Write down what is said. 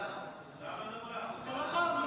יש אנשים בדרך.